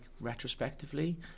retrospectively